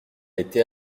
était